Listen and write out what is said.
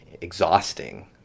exhausting